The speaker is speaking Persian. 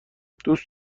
دوست